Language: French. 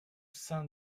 sein